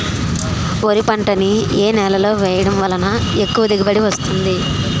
వరి పంట ని ఏ నేలలో వేయటం వలన ఎక్కువ దిగుబడి వస్తుంది?